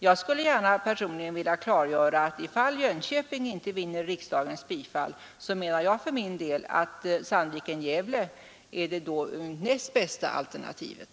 Jag skulle gärna vilja klargöra att om Jönköping inte vinner riksdagens bifall, menar jag för min del att Gävle-Sandviken är det näst bästa alternativet.